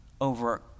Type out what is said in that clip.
over